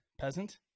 Peasant